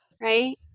right